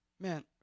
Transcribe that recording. Man